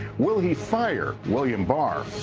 will he fire william barr?